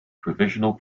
provisional